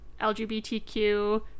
lgbtq